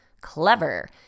clever